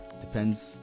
Depends